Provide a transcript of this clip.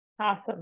Awesome